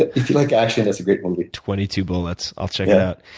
if you like action, that's a great movie. twenty two bullets. i'll check it out.